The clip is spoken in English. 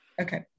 okay